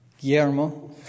Guillermo